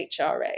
HRA